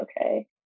okay